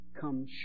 come